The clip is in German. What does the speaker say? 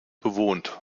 bewohnt